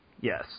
Yes